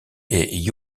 est